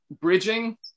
bridging